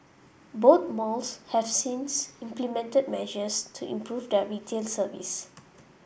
both malls have since implemented measures to improve their retail service